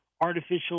artificial